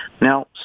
Now